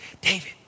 David